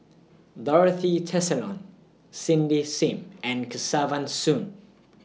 Dorothy Tessensohn Cindy SIM and Kesavan Soon